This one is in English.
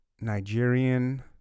Nigerian